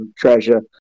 treasure